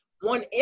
one